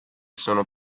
sono